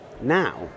now